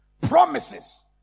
promises